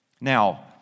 Now